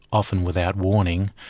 often without warning,